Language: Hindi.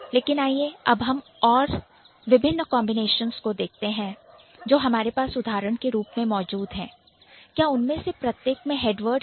लेकिन आइए अब हम और साथ विभिन्न कांबिनेशंस को देखते हैं जो हमारे पास उदाहरण के रूप में मौजूद है क्या उनमें से प्रत्येक में हेड वर्ड है